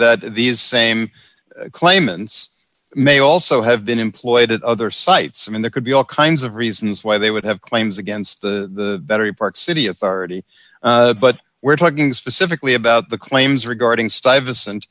that these same claimants may also have been employed at other sites and there could be all kinds of reasons why they would have claims against the battery park city authority but we're talking specifically about the claims regarding stuyvesant